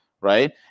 right